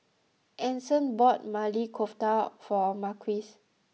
Anson bought Maili Kofta for Marquez